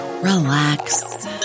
relax